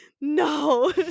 No